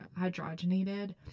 hydrogenated